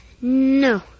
no